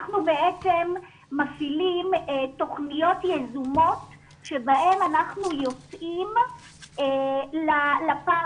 אנחנו בעצם מפעילים תוכניות יזומות שבהן אנחנו יוצאים לפארקים,